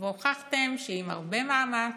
והוכחתם שעם הרבה מאמץ,